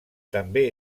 també